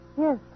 Yes